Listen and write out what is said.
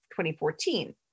2014